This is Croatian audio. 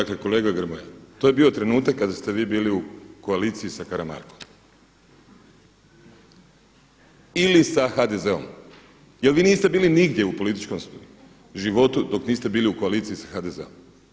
Dakle kolega Grmoja, to je bio trenutak kada ste vi bili u koaliciji sa Karamarkom ili sa HDZ-om jer vi niste bili nigdje u političkom životu dok niste bili u koaliciji sa HDZ-om.